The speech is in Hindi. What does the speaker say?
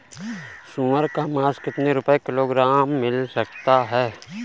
सुअर का मांस कितनी रुपय किलोग्राम मिल सकता है?